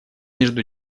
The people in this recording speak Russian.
между